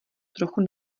trochu